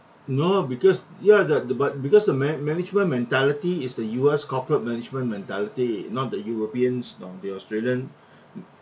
no because ya that but because the man management mentality is the U_S corporate management mentality not the europeans nor the australian